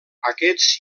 aquests